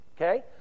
Okay